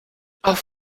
auf